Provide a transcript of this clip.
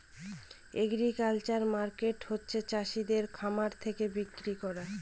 agricultural marketing হচ্ছে চাষিদের খামার থাকে বিক্রি করা